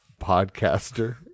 podcaster